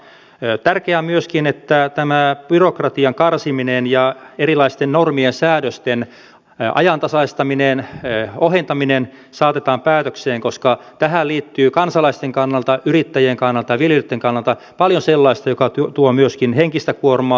tärkeää on myöskin että byrokratian karsiminen ja erilaisten normien ja säädösten ajantasaistaminen ohentaminen saatetaan päätökseen koska tähän liittyy kansalaisten kannalta yrittäjien kannalta ja viljelijöitten kannalta paljon sellaista joka tuo myöskin henkistä kuormaa